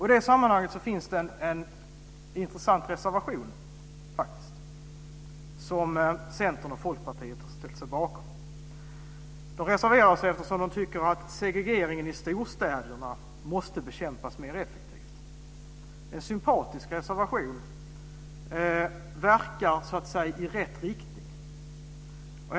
I det sammanhanget finns en intressant reservation som Centern och Folkpartiet har ställt sig bakom. De reserverar sig därför att de tycker att segregeringen i storstäderna måste bekämpas mer effektivt. Det är en sympatisk reservation, och den verkar i rätt riktning.